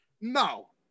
No